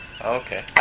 Okay